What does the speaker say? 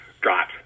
got